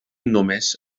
només